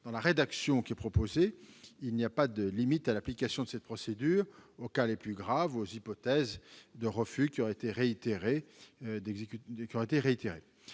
dans la rédaction qui est proposée, il n'y a pas de limite à l'application de cette procédure aux cas les plus graves ou aux hypothèses de refus réitérés